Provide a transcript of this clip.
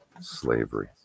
slavery